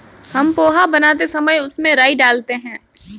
हम पोहा बनाते समय उसमें राई डालते हैं